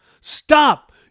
Stop